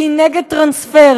שהיא נגד טרנספר,